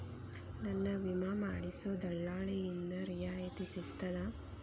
ನನ್ನ ವಿಮಾ ಮಾಡಿಸೊ ದಲ್ಲಾಳಿಂದ ರಿಯಾಯಿತಿ ಸಿಗ್ತದಾ?